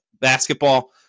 basketball